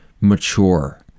mature